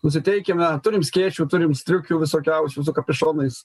nusiteikime turim skėčių turim striukių visokiausių su kapišonais